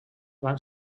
van